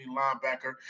linebacker